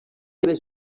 les